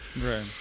Right